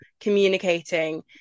communicating